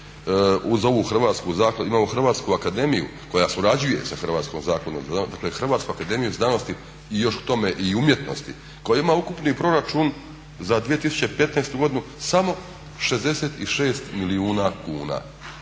uz ovu Hrvatsku zakladu, imamo Hrvatsku akademiju koja surađuje sa Hrvatskom zakladom za znanost, dakle Hrvatsku akademiju znanosti i još k tome i umjetnosti koja ima ukupni proračun za 2015.godinu samo 66 milijuna kuna.